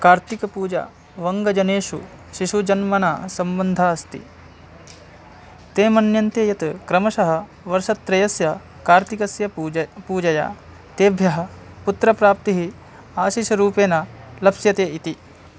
कार्तिकपूजा वङ्गजनेषु शिशुजन्मना सम्बन्धः अस्ति ते मन्यन्ते यत् क्रमशः वर्षत्रयस्य कार्तिकस्य पूजयः पूजया तेभ्यः पुत्रप्राप्तिः आशिषरूपेण लप्स्यते इति